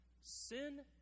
sin